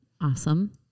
Awesome